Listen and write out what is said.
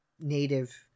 native